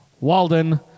Walden